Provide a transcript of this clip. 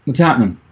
ah chapman